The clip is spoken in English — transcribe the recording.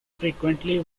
frequently